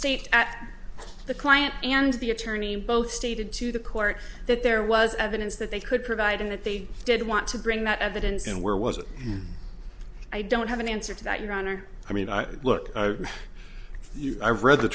state at the client and the attorney both stated to the court that there was evidence that they could provide and that they did want to bring that evidence and where was it i don't have an answer to that your honor i mean i look i've read the